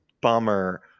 Bummer